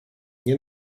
nie